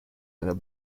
einer